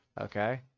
okay